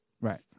Right